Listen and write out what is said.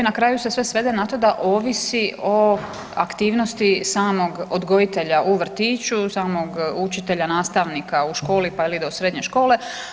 Na kraju se sve svede na to da ovisi o aktivnosti samog odgojitelja u vrtiću, samog učitelja, nastavnika u školi pa do srednje škole.